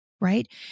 right